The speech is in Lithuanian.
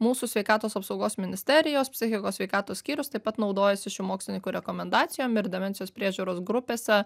mūsų sveikatos apsaugos ministerijos psichikos sveikatos skyrius taip pat naudojasi šių mokslininkų rekomendacijom ir demencijos priežiūros grupėse